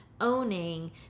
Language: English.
owning